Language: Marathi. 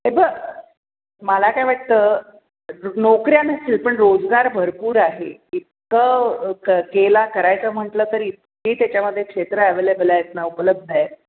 हे बघ मला काय वाटतं नोकऱ्या नसतील पण रोजगार भरपूर आहे इतकं केला करायचा म्हंटलं तरी जी त्याच्यामध्ये क्षेत्रं अव्हेलेबल आहेत ना उपलब्ध आहे